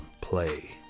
play